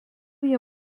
jie